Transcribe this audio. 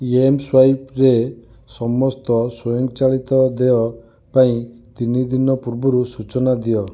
ଏମ୍ସ୍ୱାଇପ୍ରେ ସମସ୍ତ ସ୍ୱଂୟଚାଳିତ ଦେୟ ପାଇଁ ତିନିଦିନ ପୂର୍ବରୁ ସୂଚନା ଦିଅ